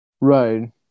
right